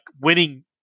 winning